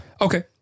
Okay